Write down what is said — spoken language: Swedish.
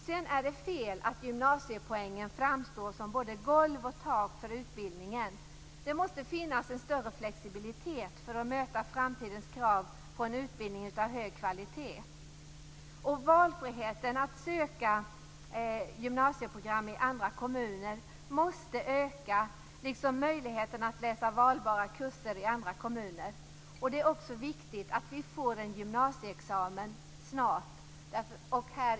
Det är fel att gymnasiepoängen framstår som både golv och tak för utbildningen. Det måste finnas en större flexibilitet för att möta framtidens krav på en utbildning av hög kvalitet. Valfriheten att söka gymnasieprogram i andra kommuner måste öka, liksom möjligheten att läsa valbara kurser i andra kommuner. Det är också viktigt att vi får en gymnasieexamen snart.